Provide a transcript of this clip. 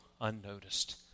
unnoticed